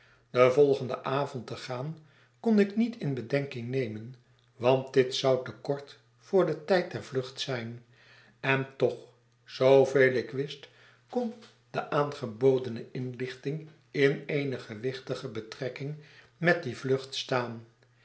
den volgenden avond te gaan kon ik niet in bedenking nemen want dit zou te kort voor den tijd der vlucht zijn en toch zooveel ik wist kon de aangebodene iniichting in eene gewichtige betrekking met die vlucht staan